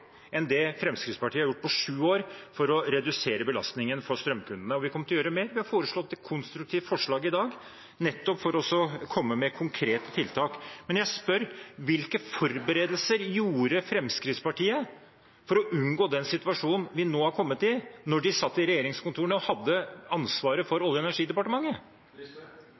enn det Fremskrittspartiet har gjort på sju år for å redusere belastningen på strømkundene, og vi kommer til å gjøre mer. Vi har kommet med et konstruktivt forslag i dag, nettopp for å komme med konkrete tiltak. Men jeg spør: Hvilke forberedelser gjorde Fremskrittspartiet for å unngå den situasjonen vi nå har kommet i, da de satt i regjeringskontorene og hadde ansvaret for Olje- og energidepartementet?